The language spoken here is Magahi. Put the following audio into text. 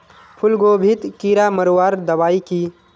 फूलगोभीत कीड़ा मारवार दबाई की?